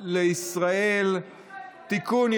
לישראל (תיקון,